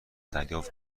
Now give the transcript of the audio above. دریافت